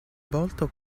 volto